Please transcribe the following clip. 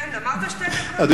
כן, אמרת שתי דקות.